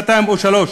שנתיים או שלוש,